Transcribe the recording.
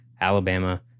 Alabama